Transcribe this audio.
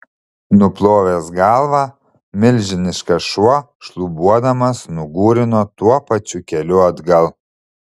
nuplovęs galvą milžiniškas šuo šlubuodamas nugūrino tuo pačiu keliu atgal